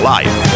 Life